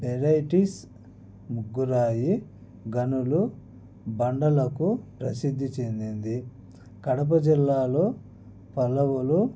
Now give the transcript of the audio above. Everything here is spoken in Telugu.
వెరైటీస్ ముగ్గురాయి గనులు బండలకు ప్రసిద్ధి చెందింది కడప జిల్లాలో పల్లవులు